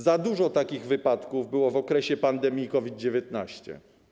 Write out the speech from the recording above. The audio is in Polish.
Za dużo takich wypadków było w okresie pandemii COVID-19.